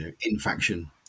in-faction